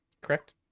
Correct